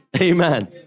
amen